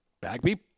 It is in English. Bagby